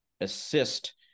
assist